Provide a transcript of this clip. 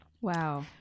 Wow